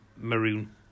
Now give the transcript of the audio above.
Maroon